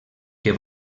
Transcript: que